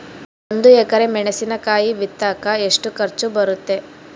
ಒಂದು ಎಕರೆ ಮೆಣಸಿನಕಾಯಿ ಬಿತ್ತಾಕ ಎಷ್ಟು ಖರ್ಚು ಬರುತ್ತೆ?